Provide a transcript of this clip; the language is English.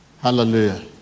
hallelujah